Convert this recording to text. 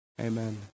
Amen